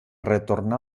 retornà